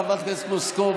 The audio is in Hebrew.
חברת הכנסת פלוסקוב,